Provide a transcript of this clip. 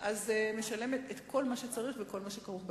את כל מה שצריך וכל מה שכרוך בתאונה.